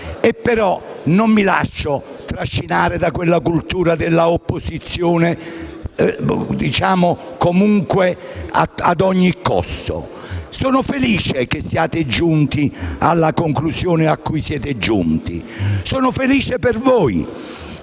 però non mi lascio trascinare da quella cultura dell'opposizione «comunque e ad ogni costo». Sono felice che siate giunti alla conclusione a cui siete giunti; sono felice per voi